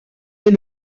est